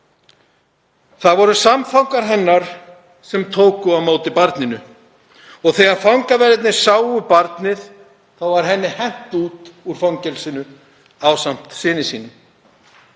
Það voru samfangar hennar sem tóku á móti barninu og þegar fangaverðir sáu barnið var henni hent út úr fangelsinu ásamt syni sínum.